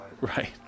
Right